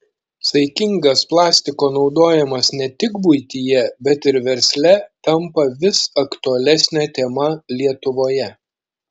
saikingas plastiko naudojimas ne tik buityje bet ir versle tampa vis aktualesne tema lietuvoje